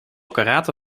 karate